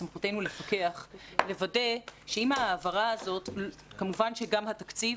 בסמכותנו לפקח ולוודא שאם ההעברה הזאת כמובן שגם התקציב,